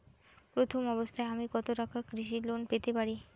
প্রথম অবস্থায় আমি কত টাকা কৃষি লোন পেতে পারি?